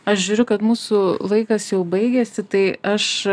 aš žiūriu kad mūsų laikas jau baigėsi tai aš